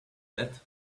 that